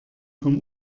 vom